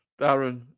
Darren